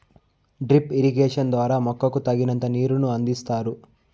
drip irrigation ద్వారా మొక్కకు తగినంత నీరును అందిస్తారు